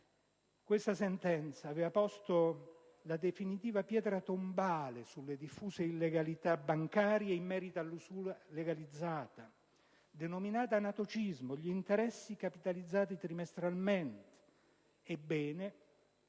Questa sentenza aveva posto la definitiva pietra tombale sulle diffuse illegalità bancarie in merito all'usura legalizzata, denominata anatocismo: gli interessi capitalizzati trimestralmente.